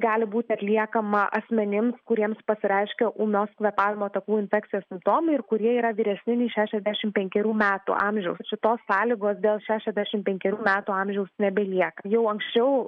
gali būti atliekama asmenims kuriems pasireiškia ūmios kvėpavimo takų infekcijos simptomai ir kurie yra vyresni nei šešiasdešimt penkerių metų amžiaus šitos sąlygos dėl šešiasdešimt penkerių metų amžiaus nebelieka jau anksčiau